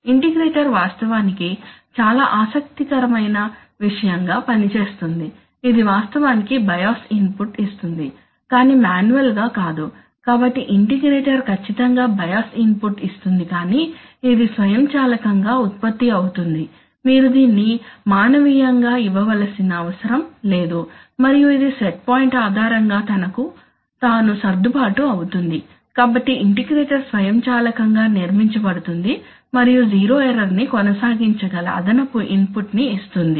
integrator వాస్తవానికి చాలా ఆసక్తికరమైన విషయంగా పనిచేస్తుంది ఇది వాస్తవానికి బయాస్ ఇన్పుట్ ఇస్తుంది కానీ మాన్యువల్ గా కాదు కాబట్టి ఇంటిగ్రేటర్ ఖచ్చితంగా బయాస్ ఇన్పుట్ ఇస్తుంది కాని ఇది స్వయంచాలకంగా ఉత్పత్తి అవుతుంది మీరు దీన్ని మానవీయంగా ఇవ్వవలసిన అవసరం లేదు మరియు ఇది సెట్ పాయింట్ ఆధారంగా తనకు తాను సర్దుబాటు అవుతుంది కాబట్టి ఇంటిగ్రేటర్ స్వయంచాలకంగా నిర్మించబడుతుంది మరియు జీరో ఎర్రర్ ని కొనసాగించగల అదనపు ఇన్పుట్ ని ఇస్తుంది